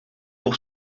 pour